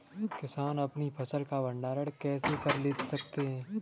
किसान अपनी फसल का भंडारण कैसे कर सकते हैं?